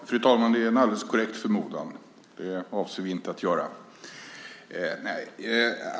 Fru talman! Det är en alldeles korrekt förmodan. Det avser vi inte att göra.